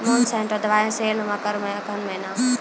Monsanto दवाई sale मकर अघन महीना,